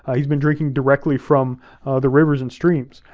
he's been drinking directly from the rivers and streams.